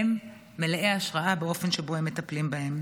הם מלאי השראה באופן שבו הם מטפלים בהם.